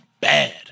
bad